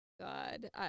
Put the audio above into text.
God